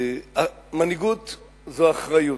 מנהיגות זו אחריות.